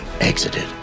exited